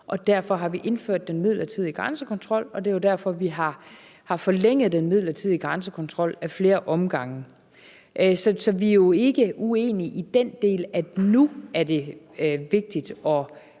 Derfor har vi indført den midlertidige grænsekontrol, og det er jo derfor, at vi har forlænget den midlertidige grænsekontrol i flere omgange. Så vi er jo ikke uenige i den del, nemlig at det nu er vigtigt at